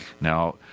now